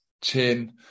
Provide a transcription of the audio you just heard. chin